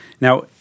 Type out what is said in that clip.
Now